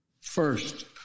First